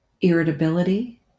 irritability